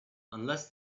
unless